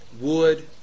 wood